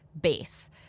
base